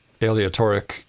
aleatoric